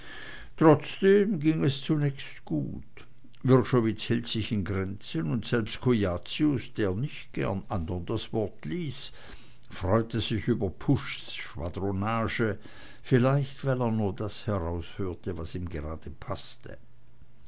trotzdem ging es zunächst gut wrschowitz hielt sich in grenzen und selbst cujacius der nicht gern andern das wort ließ freute sich über puschs schwadronage vielleicht weil er nur das heraushörte was ihm gerade paßte